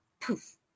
Poof